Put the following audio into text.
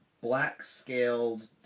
black-scaled